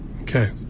Okay